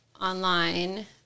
online